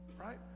right